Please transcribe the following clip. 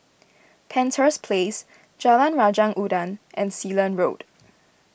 Penshurst Place Jalan Raja Udang and Sealand Road